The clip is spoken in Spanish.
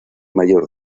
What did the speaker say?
mayor